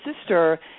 sister